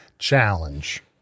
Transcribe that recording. challenge